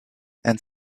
and